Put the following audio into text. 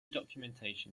documentation